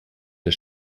der